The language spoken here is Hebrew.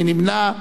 מי נמנע?